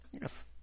Yes